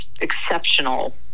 exceptional